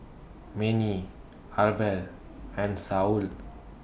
Manie Arvel and Saul